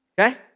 Okay